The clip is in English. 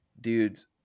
dudes